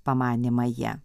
pamanė maja